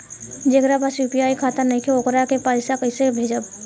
जेकरा पास यू.पी.आई खाता नाईखे वोकरा के पईसा कईसे भेजब?